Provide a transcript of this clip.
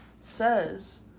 says